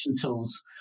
tools